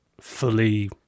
fully